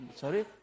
Sorry